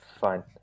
fine